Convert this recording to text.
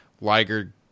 Liger